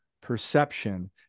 perception